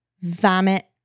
vomit